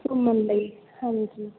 ਘੁੰਮਣ ਲਈ ਹਾਂਜੀ